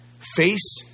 Face